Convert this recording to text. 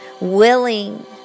willing